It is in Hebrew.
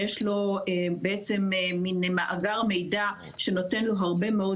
יש לו מין מאגר מידע שנותן לו הרבה מאוד